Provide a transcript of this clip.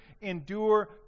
endure